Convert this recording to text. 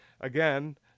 again